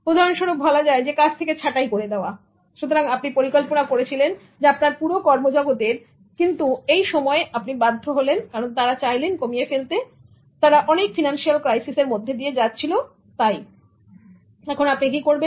উদাহরণস্বরূপ বলা যায় কাজ থেকে ছাটাই করে দেওয়া সুতরাং আপনি পরিকল্পনা করেছিলেন আপনার পুরো কর্মজগতের কিন্তু এই সময় আপনি বাধ্য হলেন কারণ তারা চাইলেন কমিয়ে ফেলতে কারণ তারা অনেক ফিনান্সিয়াল ক্রাইসিসের মধ্যে দিয়ে যাচ্ছিল তাই এখন আপনি কি করবেন